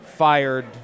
fired